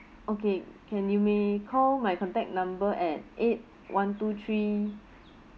okay can you may call my contact number at eight one two three